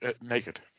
naked